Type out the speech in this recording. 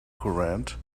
current